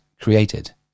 created